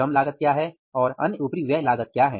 श्रम लागत क्या है और अन्य उपरिव्यय लागत क्या है